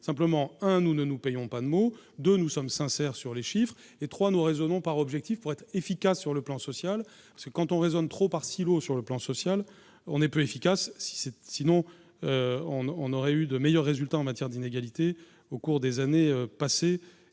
simplement, un : nous ne nous payons pas de mots, de nous sommes sincères sur les chiffres et 3 nous raisonnons par objectifs, pour être efficace sur le plan social, c'est quand on raisonne trop par sur le plan social, on est peu efficace, si cette sinon on aurait eu de meilleurs résultats en matière d'inégalités au cours des années passées,